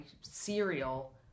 cereal